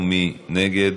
ומי נגד?